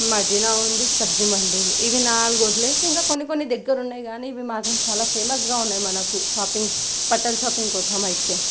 మదీనా ఉంది సబ్జీ మండీ ఉంది ఇవి నాలుగు వదిలేసి ఇంకా కొన్ని కొన్ని దగ్గర ఉన్నాయి కానీ ఇవి మాత్రం చాలా ఫేమస్గా ఉన్నాయి మనకు షాపింగ్ బట్టల షాపింగ్ కోసం అయితే